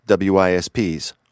WISPs